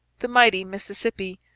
the mighty mississippi,